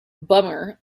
bummer